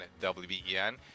WBEN